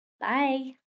Bye